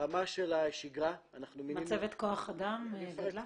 ברמה של השגרה אנחנו מינינו --- מצבת כוח אדם גדלה?